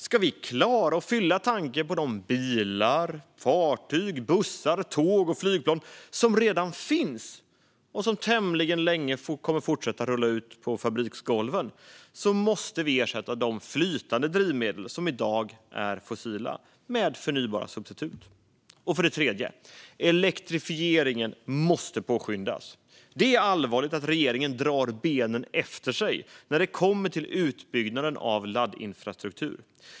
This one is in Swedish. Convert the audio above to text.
Ska vi klara att fylla tanken på de bilar, fartyg, bussar, tåg och flygplan som redan finns och som tämligen länge kommer att fortsätta rulla ut på fabriksgolven måste vi ersätta de flytande drivmedel som i dag är fossila med förnybara substitut. För det tredje måste elektrifieringen påskyndas. Det är allvarligt att regeringen drar benen efter sig när det gäller utbyggnaden av laddinfrastruktur.